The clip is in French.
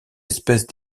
espèces